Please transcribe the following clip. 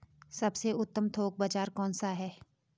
सबसे उत्तम थोक बाज़ार कौन सा है?